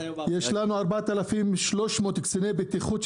יש לנו 4,300 קציני בטיחות,